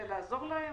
לעזור להם.